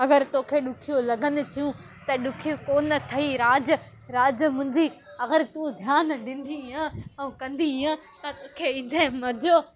अगरि तोखे ॾुखियो लॻनि थियूं त ॾुखी कोन ठई राज राज मुंहिंजी अगरि तूं ध्यानु ॾींदीअ ऐं कंदीअ तो खे ईंदे मजो